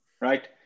right